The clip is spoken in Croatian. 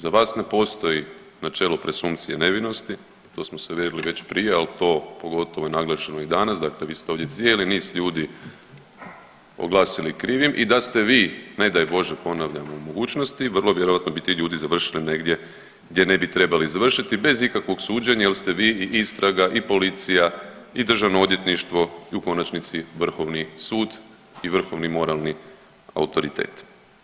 Za vas ne postoji načelo presumpcije nevinosti, to smo se uvjerili već prije, al to pogotovo je naglašeno i danas dakle vi ste ovdje cijeli niz ljudi oglasili krivim i da ste vi ne daj Bože ponavljam u mogućnosti vrlo vjerojatno bi ti ljudi završili negdje gdje ne bi trebali završiti bez ikakvog suđenja jer ste vi i istraga i policija i državno odvjetništvo i u konačnici vrhovni sud i vrhovni moralni autoritet.